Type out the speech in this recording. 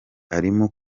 arimo